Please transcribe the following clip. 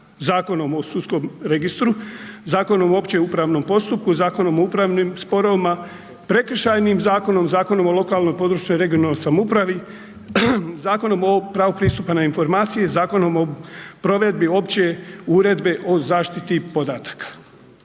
Zakonom o sudskom registru, Zakonom o općem upravnom postupku, Zakonom o upravnim sporovima, Prekršajnim zakonom, Zakonom o lokalnoj i područnoj (regionalnoj) samoupravi, Zakonom o pravu pristupa na informacije, Zakonom o provedbi Opće uredbe o zaštiti podataka.